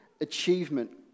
achievement